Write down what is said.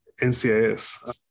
NCIS